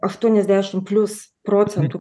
aštuoniasdešimt plius procentų